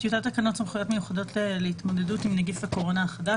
טיוטת תקנות סמכויות מיוחדות להתמודדות עם נגיף הקורונה החדש